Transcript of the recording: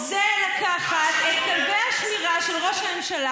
זה לקחת את כלבי השמירה של ראש הממשלה